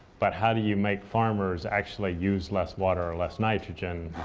but how do you make farmers actually use less water or less nitrogen?